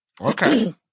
okay